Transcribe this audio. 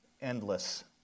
endless